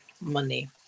money